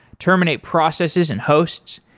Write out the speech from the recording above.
terminate processes and hosts.